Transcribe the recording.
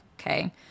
okay